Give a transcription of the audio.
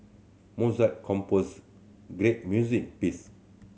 Mozart composed great music piece